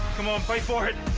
come on, fight for it!